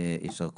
יישר כוח.